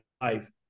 life